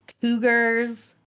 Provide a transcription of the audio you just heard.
cougars